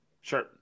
Sure